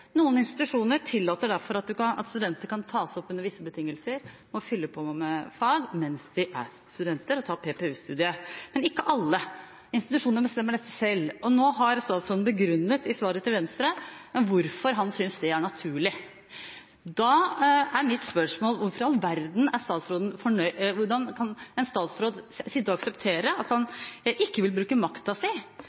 Noen institusjoner tillater derfor at studenter kan tas opp under visse betingelser og fylle på med fag mens de er studenter og tar PPU-studiet, men ikke alle. Institusjonene bestemmer dette selv. Nå har statsråden i svaret til Venstre begrunnet hvorfor han synes det er naturlig. Da er mitt spørsmål: Hvordan i all verden kan en statsråd sitte og akseptere det – og ikke ville bruke makta si